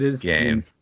game